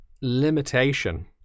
limitation